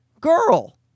girl